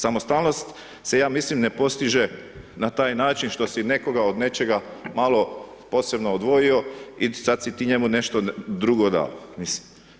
Samostalnost, se ja mislim ne postiže, na taj način, što si nekoga od nečega, malo posebno odvojio i sada si ti njemu nešto drugo dao.